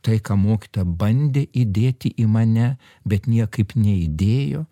tai ką mokytoja bandė įdėti į mane bet niekaip neįdėjo